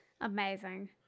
Amazing